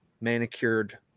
manicured